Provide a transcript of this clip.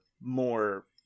more